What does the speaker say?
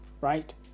right